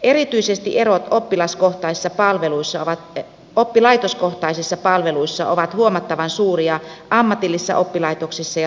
erityisesti erot oppilaitoskohtaisissa palveluissa ovat huomattavan suuria ammatillisissa oppilaitoksissa ja lukioissa